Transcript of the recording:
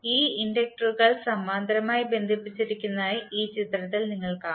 ഈ ഇൻഡക്ടറുകൾ സമാന്തരമായി ബന്ധിപ്പിച്ചിരിക്കുന്നതായി ഈ ചിത്രത്തിൽ നിങ്ങൾ കാണും